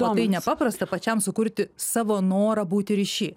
matainepaprasta pačiam sukurti savo norą būti ryšy